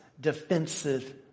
defensive